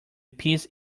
peace